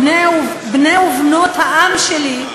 בני ובנות העם שלי,